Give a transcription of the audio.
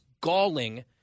galling